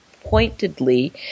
pointedly